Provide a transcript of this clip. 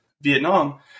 Vietnam